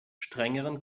strengeren